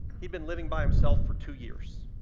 he'd been living by himself for two years.